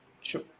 sure